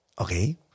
Okay